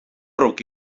ruc